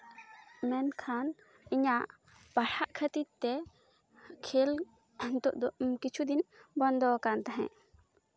ᱢᱮᱱᱠᱷᱟᱱ ᱤᱧᱟᱜ ᱯᱟᱲᱦᱟᱜ ᱠᱷᱟᱹᱛᱤᱨ ᱛᱮ ᱠᱷᱮᱞ ᱱᱤᱛᱚᱜ ᱫᱚ ᱠᱤᱪᱷᱩ ᱫᱤᱱ ᱵᱚᱱᱫᱚ ᱠᱟᱱ ᱛᱟᱦᱮᱸᱫ